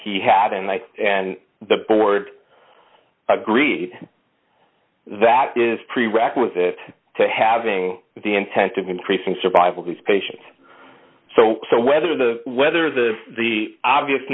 he had and i and the board agreed that is prerequisite to having the intent of increasing survival these patients so whether the whether the the